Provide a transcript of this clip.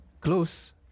close